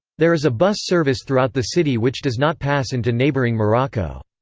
there is a bus service throughout the city which does not pass into neighboring morocco.